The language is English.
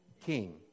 king